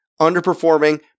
underperforming